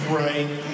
right